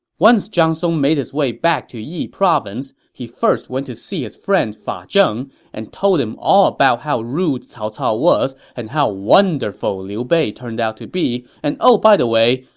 once zhang song made his way back to yi province, he first went to see his friend fa ah zheng and told him all about how rude cao cao was and how wonderful liu bei turned out to be and oh, by the way,